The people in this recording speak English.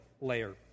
layer